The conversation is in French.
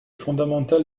fondamental